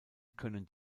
können